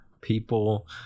people